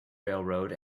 railroad